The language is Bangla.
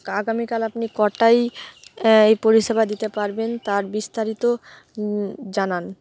আগামীকাল আপনি কটায় এই পরিষেবা দিতে পারবেন তার বিস্তারিত জানান